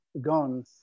gone